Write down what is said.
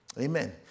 Amen